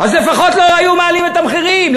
אז לפחות לא היו מעלים את המחירים.